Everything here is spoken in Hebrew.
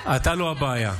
אתה לא הבעיה.